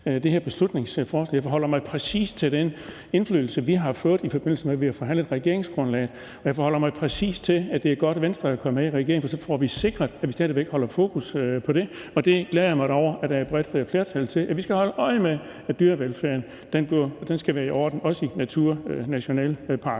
det her beslutningsforslag. Jeg forholder mig præcis til den indflydelse, vi har fået, i forbindelse med at vi har forhandlet regeringsgrundlaget, og jeg forholder mig præcis til, at det er godt, at Venstre er kommet med i regeringen, for så får vi sikret, at vi stadig væk holder fokus på det her. Og jeg glæder mig da over, at der er et bredt flertal for, at vi skal holde øje med, at dyrevelfærden skal være i orden, også i naturnationalparkerne,